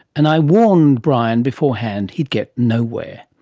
and i warned brian beforehand, he'd get nowhere.